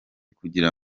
kugira